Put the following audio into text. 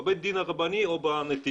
בבית הדין הרבני או בנתיב.